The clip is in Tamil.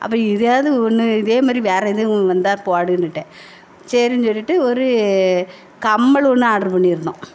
அப்போ இதையாவது ஒன்று இதேமாதிரி வேறு எதுவும் வந்தால் போடுன்னுவிட்டேன் சரின்னு சொல்லிட்டு ஒரு கம்மல் ஒன்று ஆர்டர் பண்ணியிருந்தோம்